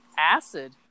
Acid